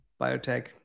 biotech